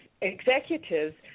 executives